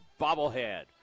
bobblehead